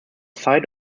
site